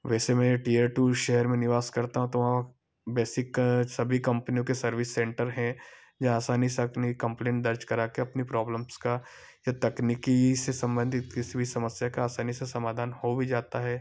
वैसे मैं tier two शहर में निवास करता हूँ तो वहाँ बेसिक सभी कम्पनियों के सर्विस सेंटर हैं यहाँ आसानी से अपनी कंप्लेन दर्ज करा कर अपनी प्रॉब्लम्स का या तकनीकी से सम्बंधित किसी भी समस्या का आसानी से समाधान हो भी जाता है